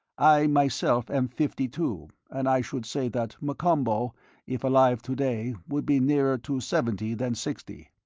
i, myself, am fifty-two, and i should say that m'kombo if alive to-day would be nearer to seventy than sixty.